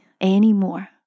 anymore